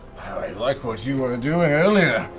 i like what you were doing earlier.